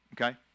okay